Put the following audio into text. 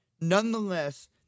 nonetheless